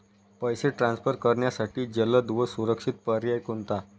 पैसे ट्रान्सफर करण्यासाठी जलद व सुरक्षित पर्याय कोणता?